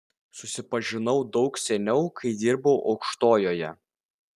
susipažinau daug seniau kai dirbau aukštojoje